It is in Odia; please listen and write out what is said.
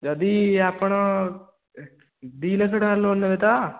ଯଦି ଆପଣ ଦୁଇ ଲକ୍ଷ ଟଙ୍କା ଲୋନ୍ ନେବେ ତ